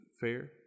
fair